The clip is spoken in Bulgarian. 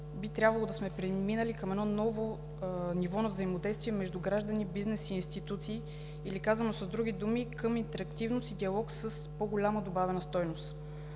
би трябвало да сме преминали към ново ниво на взаимодействие между граждани, бизнес и институции, или – казано с други думи – към интерактивност и диалог с по-голяма добавена стойност.